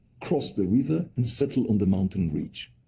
crossed the river, and settled on the mountain ridge.